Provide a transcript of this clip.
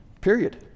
period